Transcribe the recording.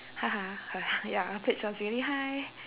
her ya her pitch was really high